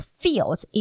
fields